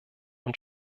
und